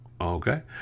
okay